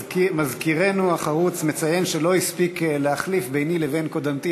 מזכירנו החרוץ מציין שלא הספיק להחליף ביני לבין קודמתי,